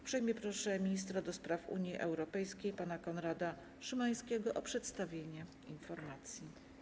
Uprzejmie proszę ministra do spraw Unii Europejskiej pana Konrada Szymańskiego o przedstawienie informacji.